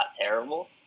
terrible